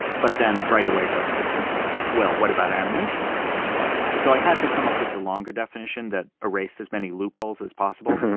but then, right away they'll say things like, well, what about animation? that's sequential art. so, i had to come up with the longer definition that erased as many loopholes as possible.